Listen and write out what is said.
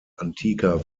antiker